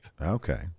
Okay